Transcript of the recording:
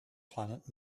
planet